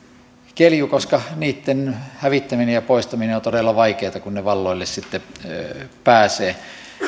kelju koska niitten hävittäminen ja poistaminen on todella vaikeata kun ne valloilleen sitten pääsevät